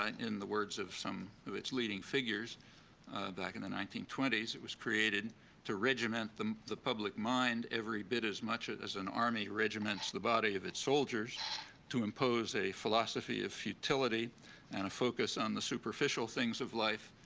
in the words of some of its leading figures back in the nineteen twenty s, it was created to regiment the the public mind every bit as much as an army regiments the body of its soldiers to impose a philosophy of futility and a focus on the superficial things of life,